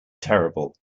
terrible